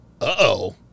Uh-oh